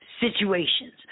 situations